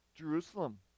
Jerusalem